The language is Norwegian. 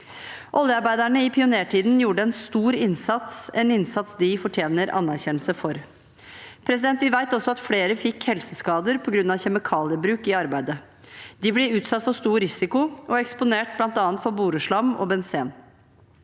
Oljearbeiderne i pionertiden gjorde en stor innsats, en innsats de fortjener anerkjennelse for. Vi vet at flere fikk helseskader på grunn av kjemikaliebruk i arbeidet. De ble utsatt for stor risiko og eksponert for bl.a. boreslam og benzen.